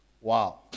Wow